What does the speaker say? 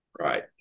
Right